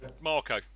Marco